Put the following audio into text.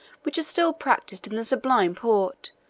which are still practised in the sublime porte,